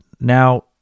Now